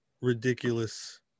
ridiculous